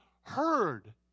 heard